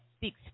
Six